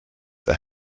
the